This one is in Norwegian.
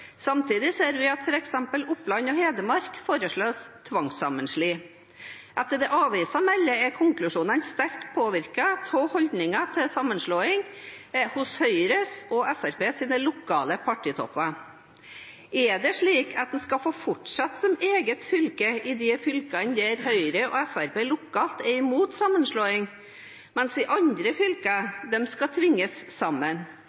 Samtidig ser vi at f.eks. Oppland og Hedmark foreslås tvangssammenslått. Etter det avisa melder, er konklusjonene sterkt påvirket av holdningen til sammenslåing hos de lokale partitoppene i Høyre og Fremskrittspartiet. Er det slik at en skal få fortsette som eget fylke i de fylkene der Høyre og Fremskrittspartiet lokalt er imot sammenslåing, mens andre fylker skal tvinges sammen?